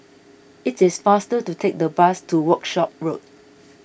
it is faster to take the bus to Workshop Road